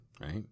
Right